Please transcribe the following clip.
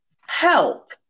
help